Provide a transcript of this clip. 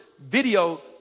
video